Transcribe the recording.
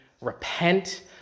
Repent